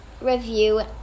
review